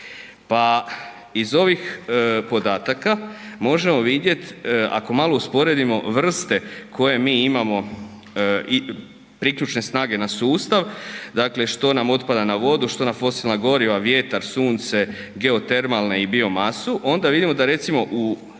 pa iz ovih podataka možemo vidjet, ako malo usporedimo, vrste koje mi imamo i priključne snage na sustav, dakle što nam otpada na vodu, što na fosilna goriva, vjetar, sunce, geotermalne i biomasu onda vidimo da recimo u